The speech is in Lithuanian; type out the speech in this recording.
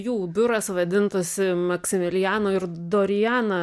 jų biuras vadintųsi maksimiliano ir doriana